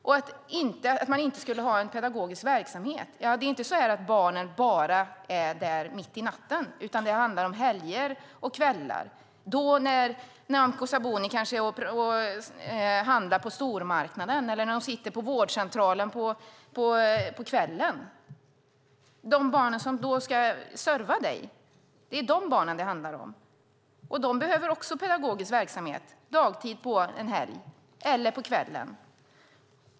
Det talas om att man inte skulle ha en pedagogisk verksamhet. Det är inte så att barnen bara är där mitt i natten, utan det handlar om helger och kvällar. Då är kanske Nyamko Sabuni och handlar på stormarknaden, eller hon kanske sitter på vårdcentralen på kvällen. Det är föräldrarna till barnen som behöver barnomsorgen som ska serva dig. Det är de barnen de handlar om. De behöver också pedagogisk verksamhet dagtid på en helg eller på kvällen.